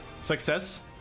Success